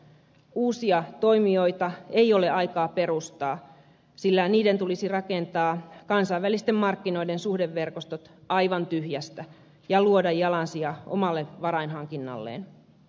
uusia toimijoita ei ole aikaa perustaa sillä niiden tulisi rakentaa kansainvälisten markkinoiden suhdeverkostot aivan tyhjästä ja luoda jalansija omalle varainhankinnalleen